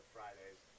Fridays